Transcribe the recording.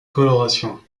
coloration